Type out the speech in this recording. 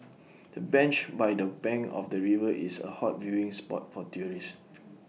the bench by the bank of the river is A hot viewing spot for tourists